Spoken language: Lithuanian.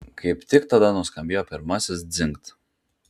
kaip tik tada nuskambėjo pirmasis dzingt